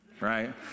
right